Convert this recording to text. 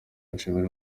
nshimire